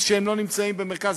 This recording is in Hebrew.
שלא נמצאים במרכז,